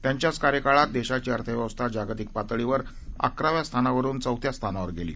त्याच्यांच कार्यकाळात देशाची अर्थव्यवस्था जागतिक पातळीवर अकराव्या स्थानावरुन चौथ्या स्थानावर गेली